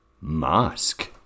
mask